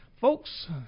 folks